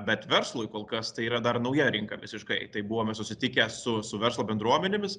bet verslui kol kas tai yra dar nauja rinka visiškai tai buvome susitikę su su verslo bendruomenėmis